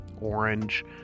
orange